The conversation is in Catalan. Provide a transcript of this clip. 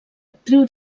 actriu